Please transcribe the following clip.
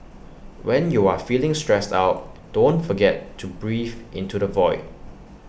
when you are feeling stressed out don't forget to breathe into the void